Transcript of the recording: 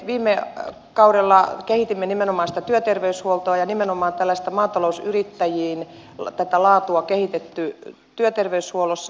viime kaudella kehitimme nimenomaan sitä työterveyshuoltoa ja nimenomaan maatalousyrittäjille tätä laatua on kehitetty työterveyshuollossa